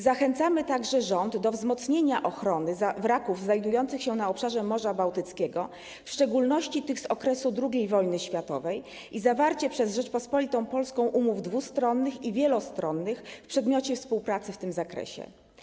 Zachęcamy także rząd do wzmocnienia ochrony wraków znajdujących się na obszarze Morza Bałtyckiego, w szczególności tych z okresu II wojny światowej, i zawarcie przez Rzeczpospolitą Polską umów dwustronnych i wielostronnych w przedmiocie współpracy w tym zakresie.